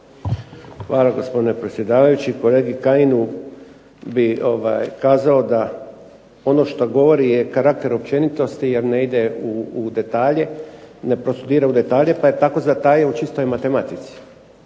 Hvala gospodine predsjedavajući. Kolegi Kajinu bih kazao da ono što govori je karakter općenitosti jer ne ide u detalje, ne zadire u detalje, pa je tako zatajio u čistoj matematici,